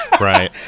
Right